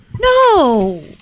No